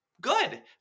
Good